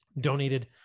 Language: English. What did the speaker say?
donated